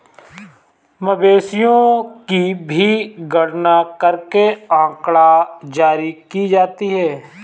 मवेशियों की भी गणना करके आँकड़ा जारी की जाती है